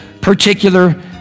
particular